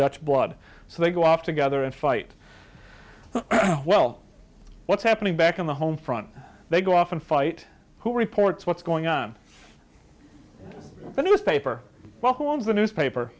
dutch blood so they go off together and fight well what's happening back on the home front they go off and fight who reports what's going on the newspaper well who owns the newspaper